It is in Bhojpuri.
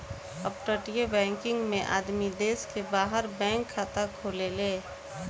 अपतटीय बैकिंग में आदमी देश के बाहर बैंक खाता खोलेले